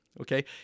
Okay